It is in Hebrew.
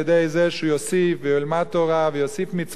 זה שהוא יוסיף וילמד תורה ויוסיף מצוות,